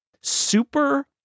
super